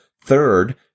Third